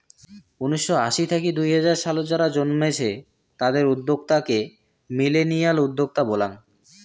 উনিসশো আশি থাকি দুই হাজার সালত যারা জন্মেছে তাদের উদ্যোক্তা কে মিলেনিয়াল উদ্যোক্তা বলাঙ্গ